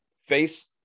face